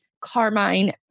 carmine